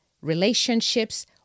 Relationships